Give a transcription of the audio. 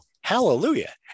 Hallelujah